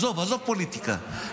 תעזוב פוליטיקה,